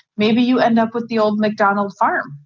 maybe you end up with the old macdonald's farm.